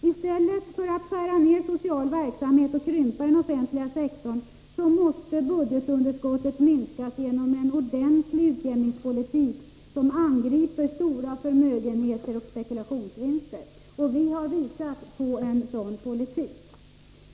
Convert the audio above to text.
I stället för att skära ned den sociala verksamheten och krympa den offentliga sektorn måste budgetunderskottet minskas genom en ordentlig utjämningspolitik som angriper de stora förmögenheterna och spekulationsvinsterna. Vi har visat på en sådan politik.